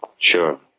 Sure